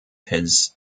his